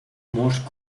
morse